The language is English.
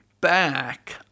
back